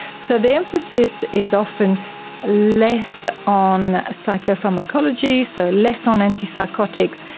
so the emphasis is often less on ah psychopharmacology, so less on antipsychotics,